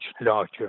larger